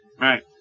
Right